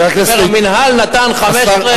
המינהל נתן 15,000,